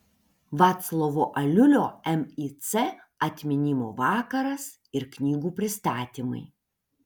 vaclovo aliulio mic atminimo vakaras ir knygų pristatymai